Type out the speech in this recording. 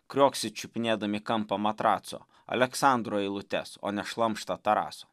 krioksit čiupinėdami kampą matraco aleksandro eilutes o ne šlamštą taraso